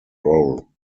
role